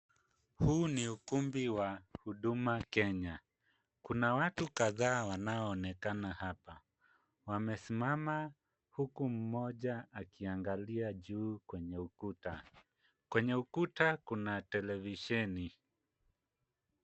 Huu ni ukumbi wa Huduma Kenya. Kuna watu kadhaa wanaoonekana hapa. Wamesimama huku mmoja akiangalia juu kwenye ukuta. Kwenye ukuta kuna televisheni.